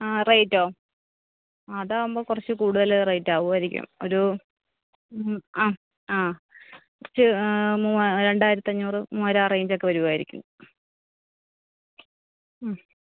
ആ റേറ്റോ അതാവുമ്പം കുറച്ച് കൂടുതൽ റേറ്റ് ആകുവായിരിക്കും ഒരൂ ആ ആ കുറച്ച് മൂവാ രണ്ടായിരത്തി അഞ്ഞൂറ് മൂവായിരം ആ റേഞ്ച് ഒക്കെ വരുമായിരിക്കും